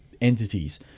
entities